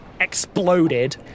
exploded